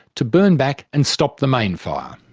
to burn back and stop the main fire.